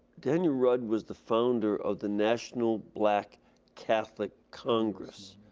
daniel rudd was the founder of the national black catholic congress,